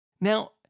Now